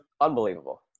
Unbelievable